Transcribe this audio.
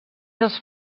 dels